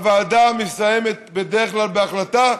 הוועדה מסיימת בדרך כלל בהחלטה,